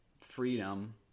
freedom